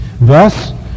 Thus